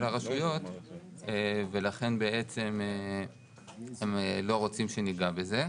הרשויות ולכן בעצם הם לא רוצים שניגע בזה.